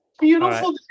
Beautiful